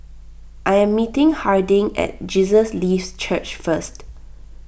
I am meeting Harding at Jesus Lives Church first